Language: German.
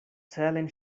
zählen